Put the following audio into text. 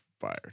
fired